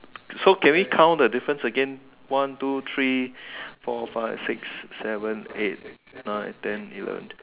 so can we count the difference again one two three four five six seven eight nine ten eleven